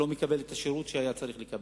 שלא מקבל את השירות שהיה צריך לקבל.